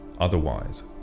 Otherwise